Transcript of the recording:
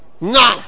no